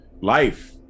life